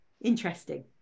interesting